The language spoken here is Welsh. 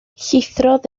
llithrodd